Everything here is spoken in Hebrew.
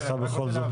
הוועדה,